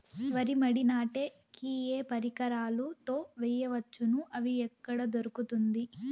వరి మడి నాటే కి ఏ పరికరాలు తో వేయవచ్చును అవి ఎక్కడ దొరుకుతుంది?